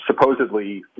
supposedly